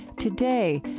today,